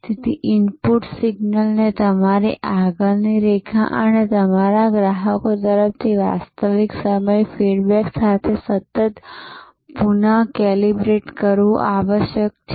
તેથી ઇનપુટ સિગ્નલને તમારી આગળની રેખા અને તમારા ગ્રાહકો તરફથી વાસ્તવિક સમય ફીડબેક સાથે સતત પુનઃકેલિબ્રેટ કરવું આવશ્યક છે